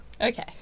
Okay